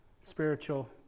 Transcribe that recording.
spiritual